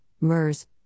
Mers